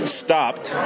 stopped